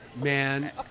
Man